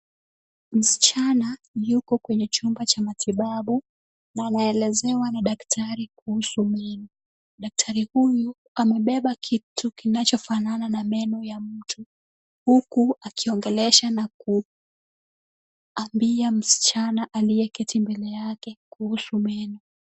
Msichana yuko kwenye chumba cha matibabu anaelezewa na daktari kuhusu meno, daktari huyu amebeba kitu kinachofanana na meno ya mtu huku akiongelesha na kuambia msichana aliyeketi mbele yake kuhusu meno.